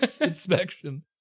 inspection